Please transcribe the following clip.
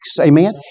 amen